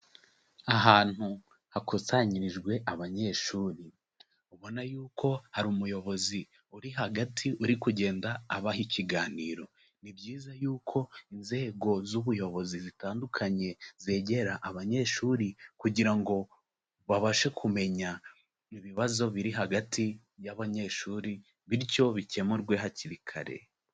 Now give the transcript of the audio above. Ahantu hakusanyirijwe abanyeshuri. Ubona yuko hari umuyobozi uri hagati uri kugenda abaha ikiganiro. Ni byiza yuko inzego z'ubuyobozi zitandukanye zegera abanyeshuri kugira ngo babashe kumenya ibibazo biri hagati y'abanyeshuri bityo bikemurwe hakiri kare.